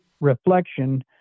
reflection